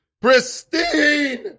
Pristine